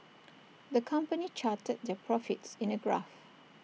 the company charted their profits in A graph